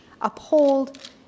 uphold